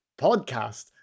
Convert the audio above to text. podcast